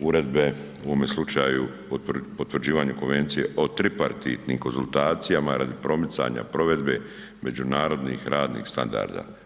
uredbe, u ovome slučaju Potvrđivanje Konvencija o tripartitnim konzultacijama radi promicanja provedbe međunarodnih radnih standarda.